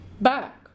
back